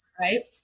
right